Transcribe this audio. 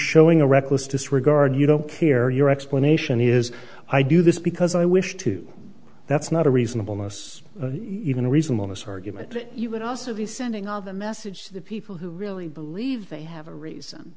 showing a reckless disregard you don't care your explanation is i do this because i wish to that's not a reasonable us even reasonableness argument you would also be sending all the message to the people who really believe they have a reason